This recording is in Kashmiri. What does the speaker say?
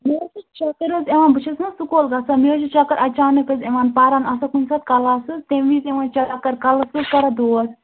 مےٚ حظ چھِ چکر حظ یِوان بہٕ چھَس نہ سکوٗل گَژھان مےٚ حظ چھِ چکر اچانَک حظ یِوان پَران آسان کُنہِ ساتہٕ کلاسٕز تَمہِ وِز یِوان چکر کَلَس حظ کَران دود